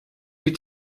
die